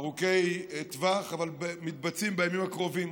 ארוכי טווח, אבל שמתבצעים בימים הקרובים.